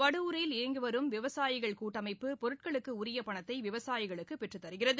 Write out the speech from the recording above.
வடுவூரில் இயங்கிவரும் விவசாயிகள் கூட்டமைப்பு பொருட்களுக்கு உரிய பணத்தை விவசாயிகளுக்கு பெற்று தருகிறது